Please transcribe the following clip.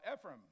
Ephraim